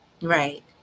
Right